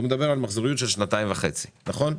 הוא מדבר על מחזוריות של שנתיים וחצי, נכון?